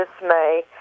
dismay